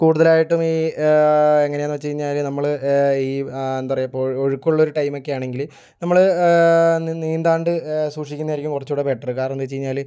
കൂടുതലായിട്ടും ഈ എങ്ങനെ ആണെന്ന് വെച്ച് കഴിഞാൽ നമ്മൾ ഈ എന്താ പറയുക ഇപ്പോൾ ഒഴുക്കുള്ള ഒരു ടൈമൊക്കെ ആണെങ്കിൽ നമ്മൾ നി നീന്താണ്ട് സൂക്ഷിക്കുന്നതായിരിക്കും കുറച്ച് കൂടെ ബെറ്ററ് കാരണം എന്താണെന്ന് വെച്ച് കഴിഞ്ഞാൽ